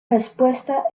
respuesta